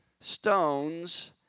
stones